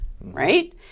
right